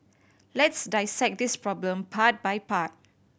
let's dissect this problem part by part